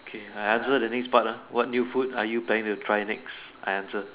okay I answer the next part lah what new food are you planning to try next I answer